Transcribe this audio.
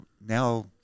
now